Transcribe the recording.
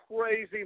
crazy